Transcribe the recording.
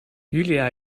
julia